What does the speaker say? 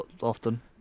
often